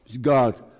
God